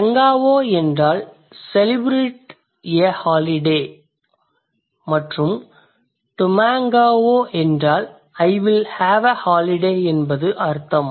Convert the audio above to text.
tengao என்றால் celebrate a holiday மற்றும் tumengao ak என்றால் I will have a holiday என்பது அர்த்தம்